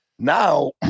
now